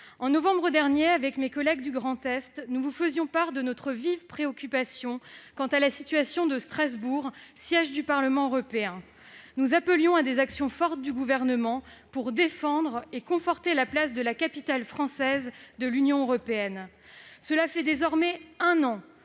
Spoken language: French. en novembre dernier, avec mes collègues du Grand Est, nous vous faisions part de notre vive préoccupation quant à la situation de Strasbourg, siège du Parlement européen. Nous appelions à des actions fortes du Gouvernement pour défendre et conforter la place de la capitale française de l'Union européenne. Cela fait désormais un an